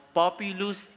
populous